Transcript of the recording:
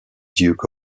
duke